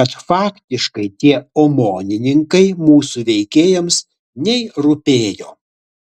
kad faktiškai tie omonininkai mūsų veikėjams nei rūpėjo